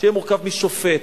שתכלול שופט,